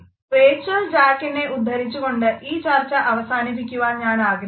Rachel ജാക്കിനെ ഉദ്ധരിച്ചുകൊണ്ട് ഈ ചർച്ച അവസാനിപ്പിക്കുവാൻ ഞാൻ ആഗ്രഹിക്കുന്നു